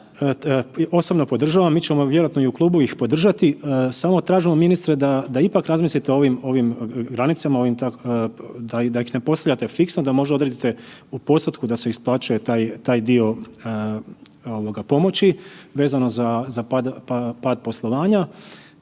osobno podržavam, mi ćemo vjerojatno i u klubu ih podržati, samo tražimo ministre da ipak razmislite o ovim granicama, da ih ne postavljate fiksno, da možda odredite u postotku da se isplaćuje taj dio pomoći vezano za pad poslovanja,